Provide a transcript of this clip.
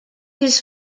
his